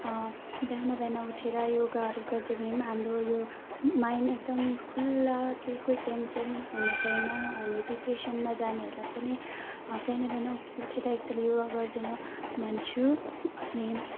बिहान बिहान उठेर योगाहरू गरिदियो भने पनि हाम्रो यो माइन्ड एकदम खुल्ला कि कोही टेन्सन हुने छैन अनि डिप्रेसनमा जानेहरूलाई पनि बिहान बिहान उठेर एकताल योगा गरिदिनु भन्छु अनि